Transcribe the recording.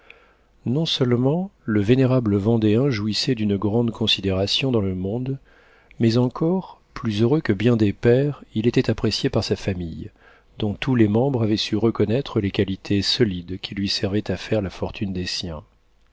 dignité non-seulement le vénérable vendéen jouissait d'une grande considération dans le monde mais encore plus heureux que bien des pères il était apprécié par sa famille dont tous les membres avaient su reconnaître les qualités solides qui lui servaient à faire la fortune des siens